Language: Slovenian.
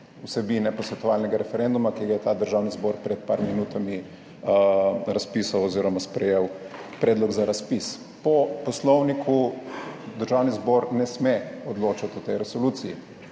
vsebine posvetovalnega referenduma, ki ga je ta državni zbor pred nekaj minutami razpisal oziroma sprejel predlog za razpis. Po poslovniku Državni zbor ne sme odločati o tej resoluciji,